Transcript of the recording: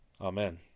amen